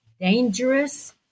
dangerous